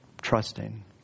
trusting